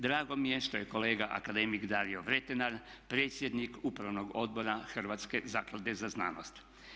Drago mi je što je kolega akademik Dario Vrtenar predsjednik Upravnog odbora Hrvatske zaklade za znanost.